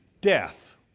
death